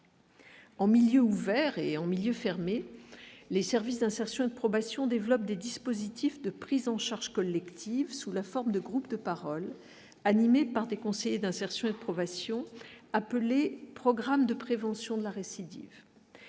En milieu ouvert et en milieu fermé, les services d'insertion et de probation développe des dispositifs de prise en charge collective sous la forme de groupes de parole, animé par des conseillers d'insertion et de probation appelé programme de prévention de la récidive